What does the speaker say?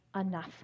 enough